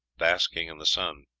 basking in the sun.